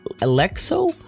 Alexo